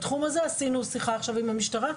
בתחום הזה עשינו שיחה עכשיו עם המשטרה,